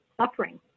suffering